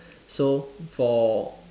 so for